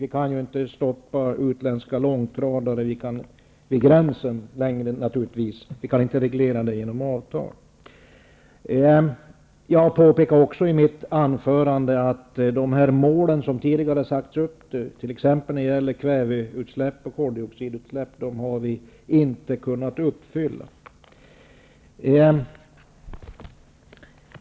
Vi kan ju varken stoppa utländska långtradare vid gränsen eller reglera den trafiken genom avtal. I mitt anförande påpekade jag att man inte har kunnat uppnå de mål som tidigare har uppställts när det gäller t.ex. kväveutsläpp och koldioxidutsläpp.